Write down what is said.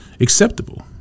acceptable